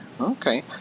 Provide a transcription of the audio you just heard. Okay